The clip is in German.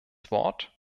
wort